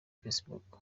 facebook